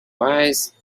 wise